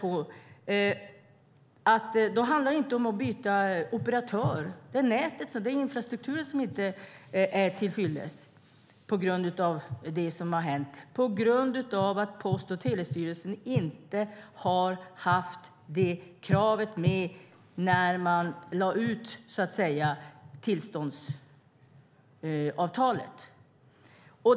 Då handlar det inte om att byta operatör, utan det är infrastrukturen som inte är till fyllest på grund av att Post och telestyrelsen inte har haft det kravet med när man lade ut tillståndsavtalet.